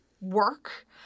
work